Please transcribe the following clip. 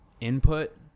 input